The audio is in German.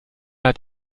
hat